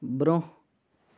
برٛونٛہہ